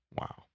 Wow